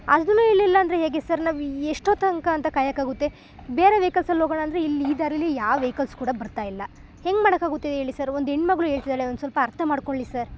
ಅದನ್ನೂ ಹೇಳ್ಲಿಲ್ಲ ಅಂದರೆ ಹೇಗೆ ಸರ್ ನಾವು ಎಷ್ಟೊತ್ತನ್ಕ ಅಂತ ಕಾಯೋಕ್ಕಾಗುತ್ತೆ ಬೇರೆ ವೆಯ್ಕಲ್ಸಲ್ಲಿ ಹೋಗೋಣ ಅಂದರೆ ಇಲ್ಲಿ ಈ ದಾರೀಲಿ ಯಾವ ವೆಯ್ಕಲ್ಸ್ ಕೂಡ ಬರ್ತಾ ಇಲ್ಲ ಹೆಂಗೆ ಮಾಡೋಕ್ಕಾಗುತ್ತೆ ಹೇಳಿ ಸರ್ ಒಂದು ಹೆಣ್ಮಗ್ಳು ಹೇಳ್ತಿದಾಳೆ ಒಂದು ಸ್ವಲ್ಪ ಅರ್ಥ ಮಾಡಿಕೊಳ್ಳಿ ಸರ್